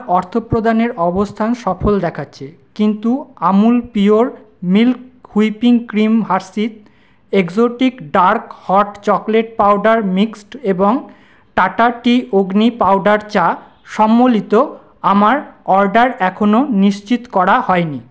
অর্থপ্রদানের অবস্থান সফল দেখাচ্ছে কিন্তু Amul pure milk whipping cream Hershey's exotic dark hot chocolate powder mix এবং টাটা টি অগ্নি পাউডার চা সম্বলিত আমার অর্ডার এখনও নিশ্চিত করা হয়নি